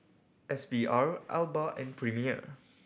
S V R Alba and Premier